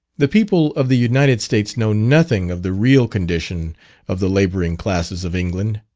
the people of the united states know nothing of the real condition of the labouring classes of england.